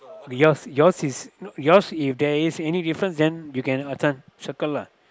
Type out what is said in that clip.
yours yours is yours if there is any difference then you can uh this one circle lah